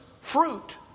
fruit